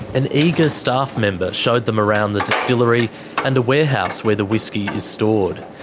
an eager staff member showed them around the distillery and a warehouse where the whisky is stored.